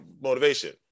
motivation